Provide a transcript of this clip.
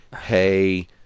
hey